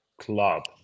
Club